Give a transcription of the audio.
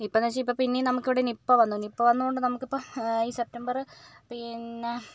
ഇപ്പോഴെന്ന് വെച്ചാൽ ഇപ്പോൾ പിന്നേയും നമുക്കിവിടെ നിപ്പ വന്നു നിപ്പ വന്നത് കൊണ്ട് നമുക്കിപ്പോൾ ഈ സെപ്റ്റംബറ് പിന്നെ